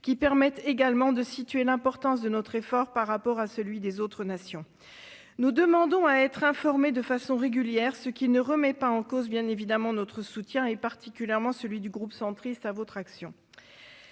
qui permettra de situer l'importance de notre effort par rapport à celui des autres nations. Nous demandons à être informés de façon régulière, ce qui ne remet pas en cause, bien évidemment, notre soutien, particulièrement celui du groupe Union Centriste, à votre action.